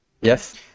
Yes